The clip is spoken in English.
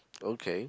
okay